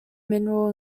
mineral